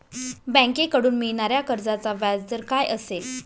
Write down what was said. बँकेकडून मिळणाऱ्या कर्जाचा व्याजदर काय असेल?